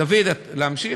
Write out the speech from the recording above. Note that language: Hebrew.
דוד, להמשיך?